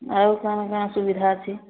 ଆଉ କ'ଣ କ'ଣ ସୁବିଧା ଅଛି